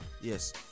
Yes